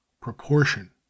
Proportion